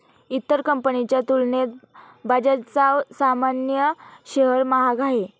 इतर कंपनीच्या तुलनेत बजाजचा सामान्य शेअर महाग आहे